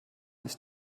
ist